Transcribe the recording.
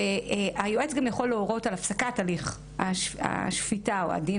והיועץ גם יכול להורות על הפסקת הליך השפיטה או הדין